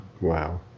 wow